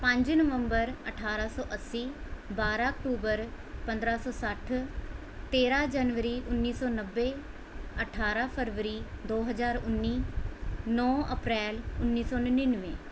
ਪੰਜ ਨਵੰਬਰ ਅਠਾਰ੍ਹਾਂ ਸੌ ਅੱਸੀ ਬਾਰ੍ਹਾਂ ਅਕਟੂਬਰ ਪੰਦਰ੍ਹਾਂ ਸੌ ਸੱਠ ਤੇਰ੍ਹਾਂ ਜਨਵਰੀ ਉੱਨੀ ਸੌ ਨੱਬੇ ਅਠਾਰ੍ਹਾਂ ਫਰਵਰੀ ਦੋ ਹਜ਼ਾਰ ਉੱਨੀ ਨੌ ਅਪ੍ਰੈਲ ਉੱਨੀ ਸੌ ਨੜਿਨਵੇਂ